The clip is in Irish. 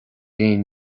aon